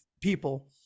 people